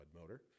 motor